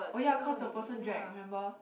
oh ya cause the person drag remember